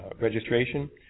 registration